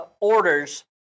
orders